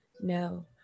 No